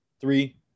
three